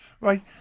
Right